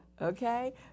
Okay